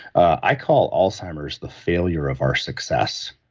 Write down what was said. i call alzheimer's the failure of our success,